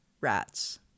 rats